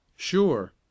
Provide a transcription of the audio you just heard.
sure